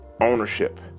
ownership